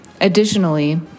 Additionally